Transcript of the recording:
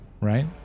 right